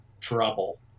trouble